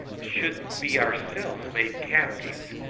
should be ourselves made captives,